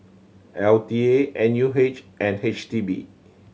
L T A N U H and H D B